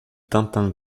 tintin